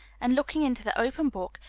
and looking into the open book,